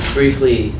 briefly